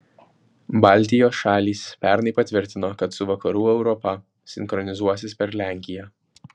baltijos šalys pernai patvirtino kad su vakarų europa sinchronizuosis per lenkiją